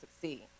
succeed